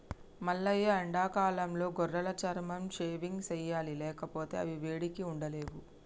మల్లయ్య ఎండాకాలంలో గొర్రెల చర్మం షేవింగ్ సెయ్యాలి లేకపోతే అవి వేడికి ఉండలేవు